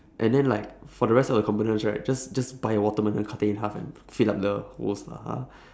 and then like for the rest of the components right just just buy a watermelon cut it in half and then fill up the holes lah ha